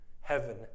Heaven